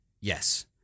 Yes